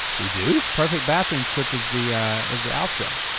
we do? perfect bathroom trip is the is the outro.